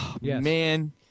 man